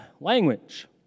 language